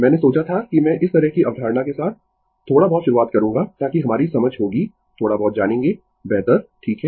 मैंने सोचा था कि मैं इस तरह की अवधारणा के साथ थोड़ा बहुत शुरुआत करूंगा ताकि हमारी समझ होगी थोड़ा बहुत जानेगें बेहतर ठीक है